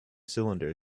cylinder